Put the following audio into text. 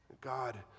God